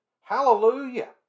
Hallelujah